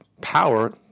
power